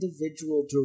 individual